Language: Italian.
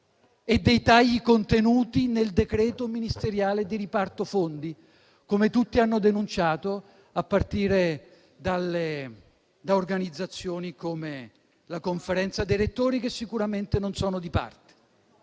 e di quelli contenuti nel decreto ministeriale di riparto fondi, come tutti hanno denunciato, a partire da organizzazioni come la Conferenza dei rettori, sicuramente non di parte.